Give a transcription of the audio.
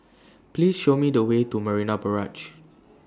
Please Show Me The Way to Marina Barrage